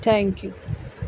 thank you